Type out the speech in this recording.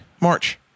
March